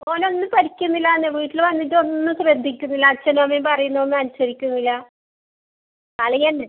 ഓന് ഒന്നും പഠിക്കുന്നില്ലാന്ന് വീട്ടിൽ വന്നിട്ടൊന്നും ശ്രദ്ധിക്കുന്നില്ല അച്ഛനും അമ്മയും പറയുന്ന ഒന്നും അനുസരിക്കുന്നില്ല കളിതന്നെ